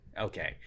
Okay